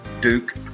Duke